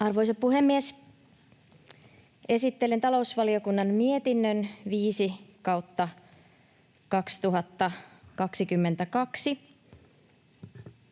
Arvoisa puhemies! Esittelen talousvaliokunnan mietinnön 5/2022.